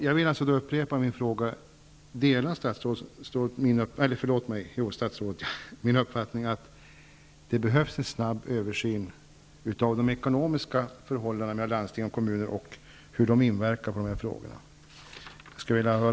Jag vill upprepa min fråga: Delar statsrådet min uppfattning att det behövs en snabb översyn av de ekonomiska förhållandena mellan landsting och kommuner och av hur de inverkar på dessa frågor?